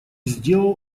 сделал